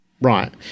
Right